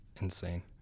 Insane